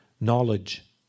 knowledge